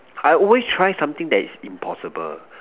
I always try something that is impossible